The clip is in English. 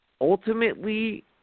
Ultimately